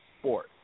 sport